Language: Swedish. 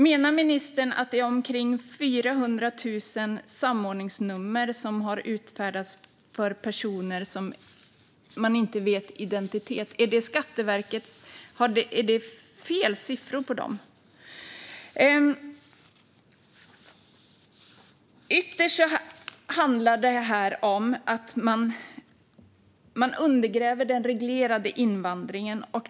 Menar ministern att det är omkring 400 000 samordningsnummer som har utfärdats för personer vilkas identitet man inte vet? Är det fel siffror när det gäller dem? Ytterst handlar det om att man undergräver den reglerade invandringen.